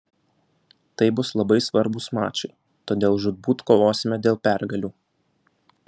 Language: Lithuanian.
tai bus labai svarbūs mačai todėl žūtbūt kovosime dėl pergalių